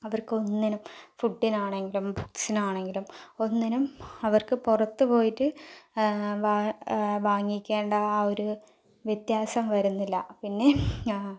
അവർക്ക് ഒന്നിനും ഫുഡിനാണെങ്കിലും ബുക്സിനാണെങ്കിലും ഒന്നിനും അവർക്ക് പുറത്ത് പോയിട്ട് വാങ്ങിക്കേണ്ട ആ ഒരു വ്യത്യാസം വരുന്നില്ല പിന്നെ